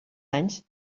anys